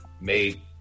made